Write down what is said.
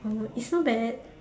oh it's not bad